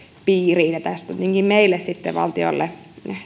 piiriin tästä tietenkin meille sitten valtiolle